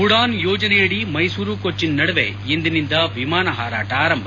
ಉಡಾನ್ ಯೋಜನೆಯಡಿ ಮೈಸೂರು ಕೊಚ್ಚನ್ ನಡುವೆ ಇಂದಿನಿಂದ ವಿಮಾನ ಹಾರಾಟ ಆರಂಭ